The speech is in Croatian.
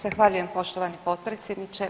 Zahvaljujem poštovani potpredsjedniče.